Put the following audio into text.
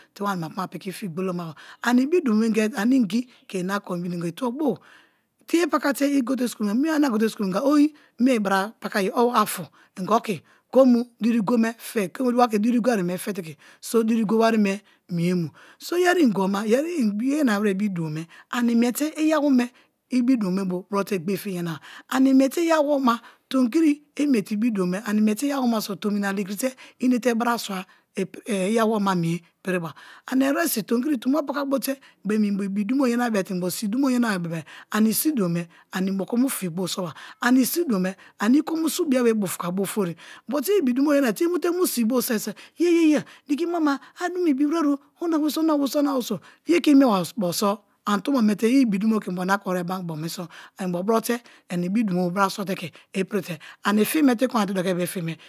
Te wani mapu ma piki fi gboloma ba ani ibi dumo me ingeri ane ingi ke ina kon dumo me itubo bo tie paka te i go te school me muna ye, mie ane a go te school muna inga oin me ibra pakaye o half inga oki kemu diri go me fe, ke mu te wake mu diri go ari me fete ke so diri go wari me mie mu so iyeri ingibo ma i yanawere ini dumo me ani miete iyawome ibi dumo me bo bro te gbe fiye yanaba ani miete iyawome ma tomi kiri i miete ibi dumo me iyawome ma so tomi ina lekivi te inete bra sua iyawome ma mie piriba ane eresi tomi kiri tombo paka bo te beem inbo ibi dumo yana bia te inbo si dumo me ani inbo ke mu fi bo soba, ani si dumo me ani i ke mu su bia bufuka bo ofori but i ibi dumo yanawere te i mu si bo soi so yeyeya diki mama-a dumo ibiwere o omina were so omina weriso ye ke imiebai bo so ani tombo me te i ibi dumo mi ke inbo na kon were bo brasua te ke ipiri te ani fi me te i konba te dokieri be fi me.